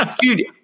Dude